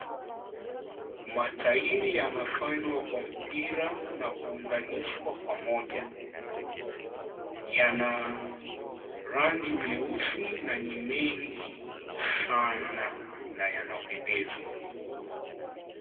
Matairi ya nafanywa kwa mpira na kuunganishwa pamoja. Yana rangi nyeusi na ni mengi sana na yanapendeza.